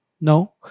no